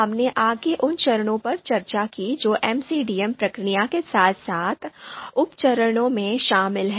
हमने आगे उन चरणों पर चर्चा की जो एमसीडीएम प्रक्रिया के साथ साथ उप चरणों में शामिल हैं